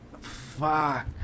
Fuck